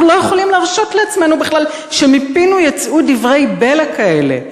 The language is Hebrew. אנחנו לא יכולים להרשות לעצמנו בכלל שמפינו יצאו דברי בלע כאלה.